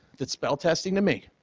that's spell testing to me.